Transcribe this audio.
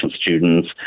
students